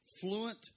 fluent